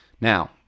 Now